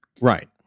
Right